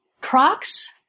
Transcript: Crocs